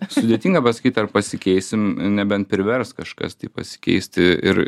sudėtinga pasakyt ar pasikeisim nebent privers kažkas tai pasikeisti ir